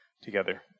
together